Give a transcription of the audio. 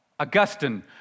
Augustine